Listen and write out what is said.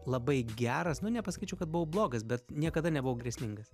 labai geras nu nepasakyčiau kad buvau blogas bet niekada nebuvau grėsmingas